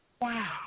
Wow